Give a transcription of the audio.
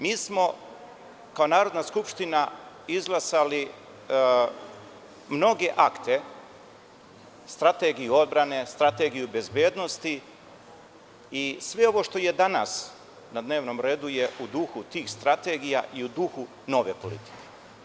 Mi smo kao Narodna skupština izglasali mnoge akte, strategiju odbrane, strategiju bezbednosti, i sve ovo što je danas na dnevnom redu je u duhu tih strategija i u duhu nove politike.